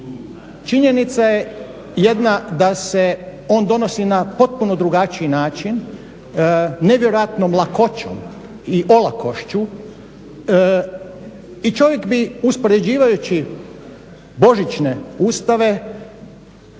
Činjenica je jedna, da se on donosi na potpuno drugačiji način, nevjerojatnom lakoćom i olakošću i čovjek bi uspoređivajući božićne ustave